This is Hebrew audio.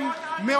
על מה אתה מדבר?